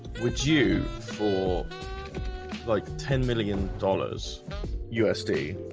with you for like ten million dollars usd